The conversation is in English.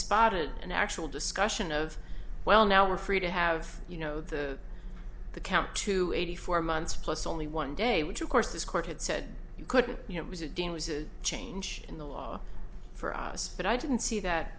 it an actual discussion of well now we're free to have you know the the camp to eighty four months plus only one day which of course this court had said you couldn't you know it was a dean was a change in the law for us but i didn't see that